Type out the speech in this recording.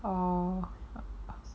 oh